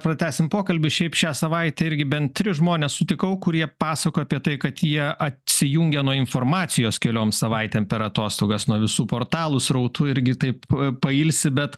pratęsim pokalbį šiaip šią savaitę irgi bent tris žmones sutikau kurie pasakojo apie tai kad jie atsijungia nuo informacijos keliom savaitėm per atostogas nuo visų portalų srautų irgi taip pailsi bet